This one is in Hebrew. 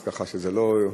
אז ככה שזה לא,